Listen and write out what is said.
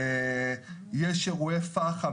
יש אירועי פח"ע,